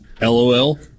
LOL